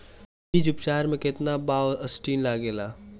बीज उपचार में केतना बावस्टीन लागेला?